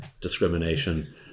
discrimination